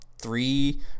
three